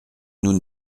nous